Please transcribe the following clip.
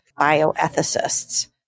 bioethicists